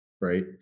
Right